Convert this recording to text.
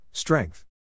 Strength